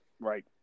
Right